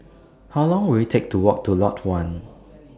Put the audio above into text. How Long Will IT Take to Walk to Lot one